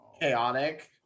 chaotic